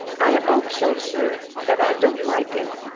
i ope so, sir, but i don't like it.